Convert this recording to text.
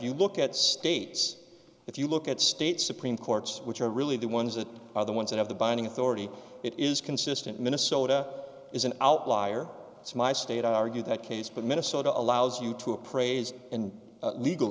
you look at states if you look at state supreme courts which are really the ones that are the ones that have the binding authority it is consistent minnesota is an outlier it's my state i argue that case but minnesota allows you to appraise and legal